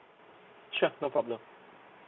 sure no problem